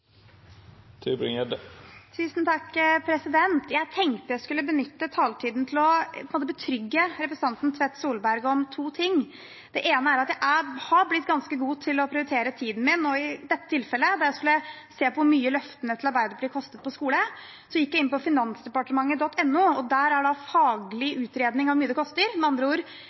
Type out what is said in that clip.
Jeg tenkte jeg skulle benytte taletiden til på en måte å betrygge representanten Tvedt Solberg om to ting. Det ene er at jeg har blitt ganske god til å prioritere tiden min, og i dette tilfellet, da jeg skulle se på hvor mye løftene til Arbeiderpartiet koster når det gjelder skole, gikk jeg inn på finansdepartementet.no, og der er det faglig utredning av hvor mye det koster. Med andre ord: